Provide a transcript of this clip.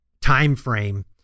timeframe